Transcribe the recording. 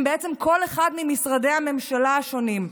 הם בעצם כל אחד ממשרדי הממשלה השונים.